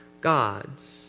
God's